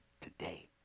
today